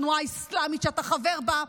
התנועה האסלאמית שאתה חבר בה,